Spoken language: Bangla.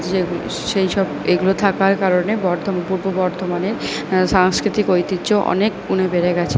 যে সেই সব এগুলো থাকার কারণে বর্ধম পূর্ব বর্ধমানের সাংস্কৃতিক ঐতিহ্য অনেক গুণে বেড়ে গেছে